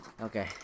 Okay